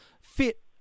fit